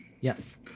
Yes